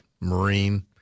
Marine